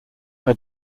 are